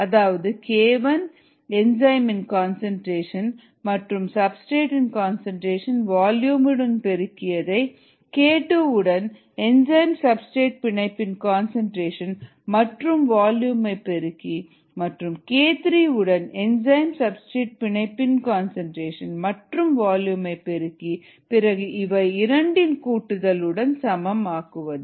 அதாவது k1 என் என்சைமின் கன்சன்ட்ரேஷன் மற்றும் சப்ஸ்டிரேட் இன் கன்சன்ட்ரேஷன் வால்யூம் உடன் பெருகியதை k2 உடன் என்சைம் சப்ஸ்டிரேட் பிணைப்பின் கன்சன்ட்ரேஷன் மற்றும் வால்யூமை பெருக்கி மற்றும் k3 உடன் என்சைம் சப்ஸ்டிரேட் பிணைப்பின் கன்சன்ட்ரேஷன் மற்றும் வால்யூமை பெருக்கி பிறகு இவை இரண்டின் கூட்டுதல் உடன் சமம் ஆக்குவது